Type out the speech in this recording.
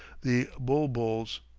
the bul-buls.